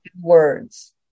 words